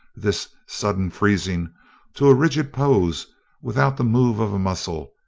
this sudden freezing to a rigid pose without the move of a muscle,